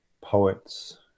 poets